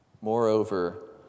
Moreover